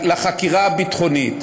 לחקירה הביטחונית.